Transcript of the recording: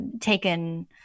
taken